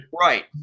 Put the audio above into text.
Right